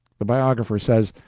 the biographer says,